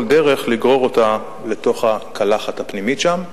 דרך לגרור אותה לתוך הקלחת הפנימית שם.